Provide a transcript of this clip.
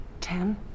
Ten